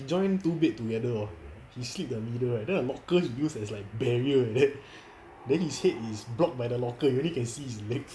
he join two bed together he sleep in the middle right then the locker he use like a barrier like that then his head is blocked by the locker you can only see his leg